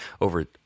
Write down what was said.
over